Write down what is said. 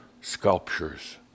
sculptures